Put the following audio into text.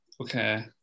Okay